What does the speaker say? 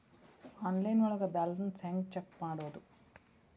Online ಒಳಗೆ balance ಹ್ಯಾಂಗ check ಮಾಡೋದು?